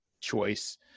choice